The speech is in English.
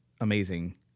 amazing